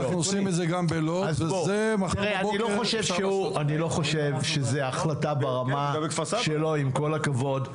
אני לא חושב שזה החלטה ברמה שלו עם כל הכבוד.